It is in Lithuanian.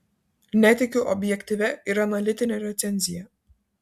netikiu objektyvia ir analitine recenzija